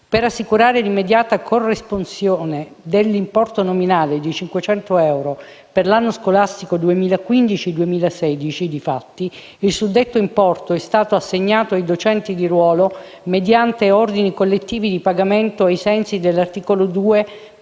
Per assicurare l'immediata corresponsione dell'importo nominale di 500 euro per l'anno scolastico 2015-2016, difatti, il suddetto importo è stato assegnato ai docenti di ruolo mediante ordini collettivi di pagamento ai sensi dell'articolo 2,